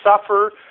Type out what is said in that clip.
suffer